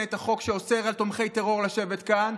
את החוק שאוסר על תומכי טרור לשבת כאן,